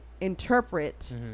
interpret